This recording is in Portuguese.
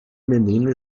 menina